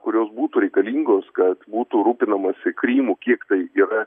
kurios būtų reikalingos kad būtų rūpinamasi krymu kiek tai yra